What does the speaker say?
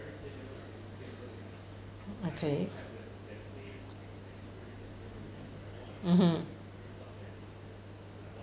okay mmhmm